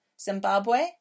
Zimbabwe